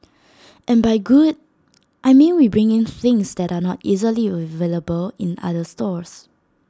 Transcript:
and by good I mean we bring in things that are not easily available in other stores